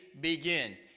begin